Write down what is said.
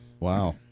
Wow